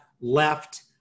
left